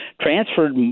transferred